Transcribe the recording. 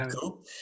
cool